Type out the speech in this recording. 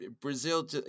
Brazil